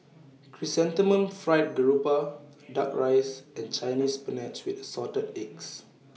Chrysanthemum Fried Garoupa Duck Rice and Chinese Spinach with Assorted Eggs